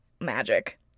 magic